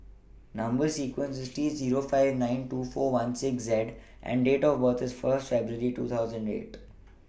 Number sequence IS T Zero five nine two four one six Z and Date of birth IS First February two thousand eight